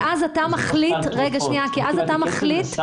כי אז אתה מחליט --- אני קיבלתי כסף